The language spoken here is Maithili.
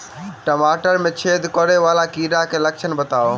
टमाटर मे छेद करै वला कीड़ा केँ लक्षण बताउ?